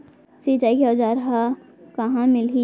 सिंचाई के औज़ार हा कहाँ मिलही?